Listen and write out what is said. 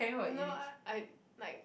no I I like